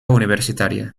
universitaria